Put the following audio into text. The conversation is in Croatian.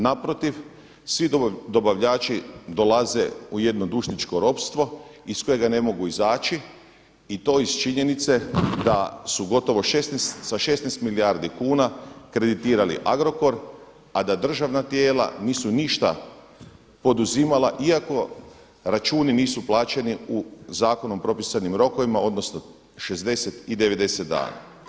Naprotiv, svi dobavljači dolaze u jedno dužničko ropstvo iz kojega ne mogu izaći i to iz činjenice da su gotovo sa 16 milijardi kuna kreditirali Agrokor, a da državna tijela nisu ništa poduzimala iako računi nisu plaćeni u zakonom propisanim rokovima, odnosno 60 i 90 dana.